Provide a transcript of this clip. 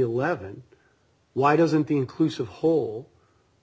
eleven why doesn't the inclusive whole